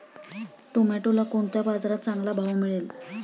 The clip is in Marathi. टोमॅटोला कोणत्या बाजारात चांगला भाव मिळेल?